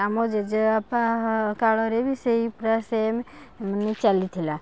ଆମ ଜେଜେବାପା କାଳରେ ବି ସେଇ ପୁରା ସେମ ମାନେ ଚାଲିଥିଲା